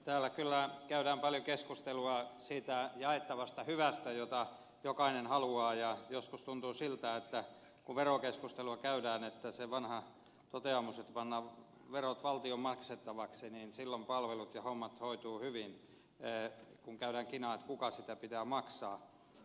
täällä kyllä käydään paljon keskustelua siitä jaettavasta hyvästä jota jokainen haluaa ja joskus tuntuu siltä kun verokeskustelua käydään kuin siinä vanhassa toteamuksessa että pannaan verot valtion maksettavaksi että silloin palvelut ja hommat hoituvat hyvin kun käydään kinaa kenen siitä pitää maksaa